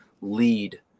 lead